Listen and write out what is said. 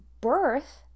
birth